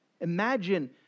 Imagine